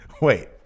Wait